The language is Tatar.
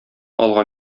алга